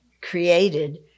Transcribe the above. created